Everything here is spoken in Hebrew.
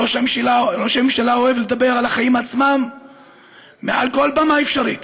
ראש הממשלה אוהב לדבר על החיים עצמם מעל כל במה אפשרית,